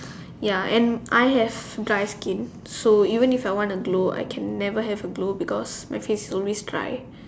ya and I have dry skin so even if I want to glow I can never have a glow because my face is always dry